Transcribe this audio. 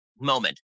moment